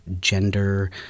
gender